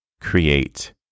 create